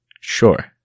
Sure